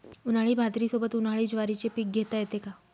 उन्हाळी बाजरीसोबत, उन्हाळी ज्वारीचे पीक घेता येते का?